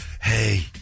Hey